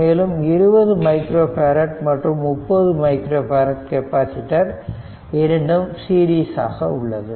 மேலும் 20 micro farad மற்றும் 30 micro farad capacitor இரண்டும் சீரிசாக உள்ளது